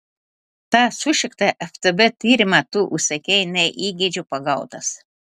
tą sušiktą ftb tyrimą tu užsakei ne įgeidžio pagautas